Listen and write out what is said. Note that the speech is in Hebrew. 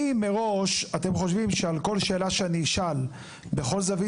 אם מראש אתם חושבים שעל כל שאלה שאני אשאל בכל זווית